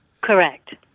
Correct